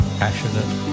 passionate